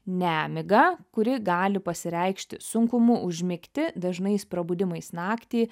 nemigą kuri gali pasireikšti sunkumu užmigti dažnais prabudimais naktį